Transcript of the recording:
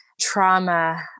trauma